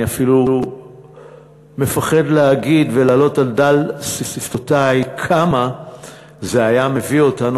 אני אפילו מפחד להגיד ולהעלות על דל שפתותי לכמה זה היה מביא אותנו,